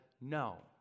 no